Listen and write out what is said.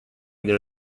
there